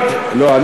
לא,